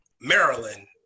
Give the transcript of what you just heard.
Maryland